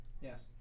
Yes